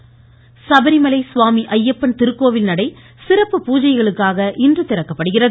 ஜயப்பன் சபரிமலை சுவாமி ஐயப்பன் திருக்கோவில் நடை சிறப்பு பூஜைகளுக்காக இன்று திறக்கப்படுகிறது